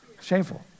Shameful